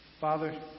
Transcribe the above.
Father